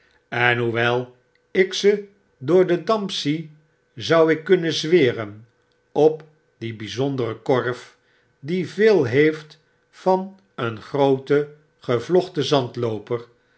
en hoewel ik ze door den damp zie zou ik kunnen zweren op dien byzonderen korf die veel heeft van een grooten gevlochten zandlooper